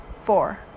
Four